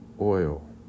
oil